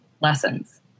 lessons